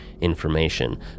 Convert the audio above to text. information